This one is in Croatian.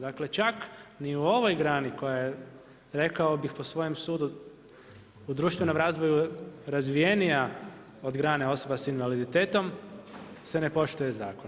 Dakle čak ni u ovoj grani koja je rekao bih po svojem sudu u društvenom razvoju razvijenija od grane osoba s invaliditetom se ne poštuje zakon.